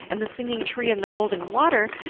and the singing tree and the golden water,